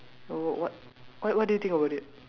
no what what what do you think about it